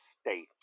State